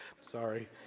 Sorry